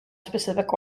specific